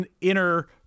inner